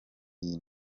iyi